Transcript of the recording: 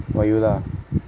for you lah